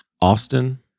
austin